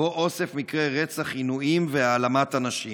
ובו אוסף מקרי רצח, עינויים והעלמת אנשים.